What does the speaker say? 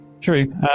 True